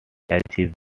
achieved